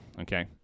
okay